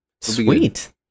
sweet